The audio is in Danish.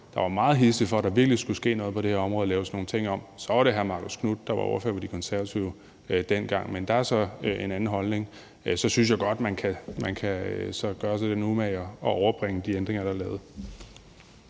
der var meget hidsig efter, at der virkelig skulle ske noget på det her område og laves nogle ting om, så var det hr. Marcus Knuth, der var ordfører for De Konservative dengang. Men der er så en anden holdning nu. Jeg synes godt, at man kan gøre sig den umage at overbringe de ændringer, der er lavet.